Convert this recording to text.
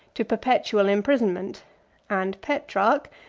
to perpetual imprisonment and petrarch,